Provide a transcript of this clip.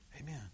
Amen